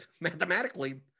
mathematically